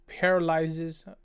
paralyzes